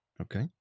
Okay